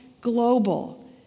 global